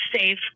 safe